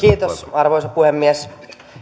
arvoisa puhemies